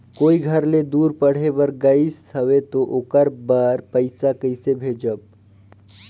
कोई घर ले दूर पढ़े बर गाईस हवे तो ओकर बर पइसा कइसे भेजब?